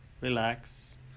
relax